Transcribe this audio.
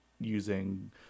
using